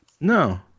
No